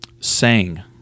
sang